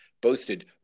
boasted